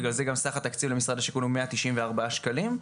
בגלל זה גם סך התקציב למשרד השיכון שהוא מאה תשעים וארבעה שקלים,